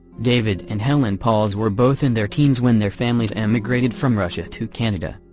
david and helen pauls were both in their teens when their families emigrated from russia to canada.